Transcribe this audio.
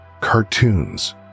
cartoons